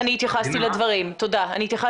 אני התייחסתי לדברים,